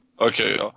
Okay